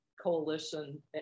coalition